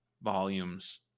volumes